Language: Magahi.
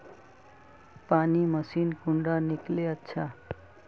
पानी मशीन कुंडा किनले अच्छा?